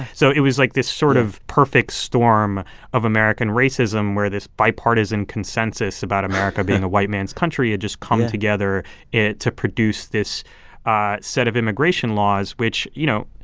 so it was like this sort of perfect storm of american racism where this bipartisan consensus about america being a white man's country had just come together to produce this set of immigration laws which, you know,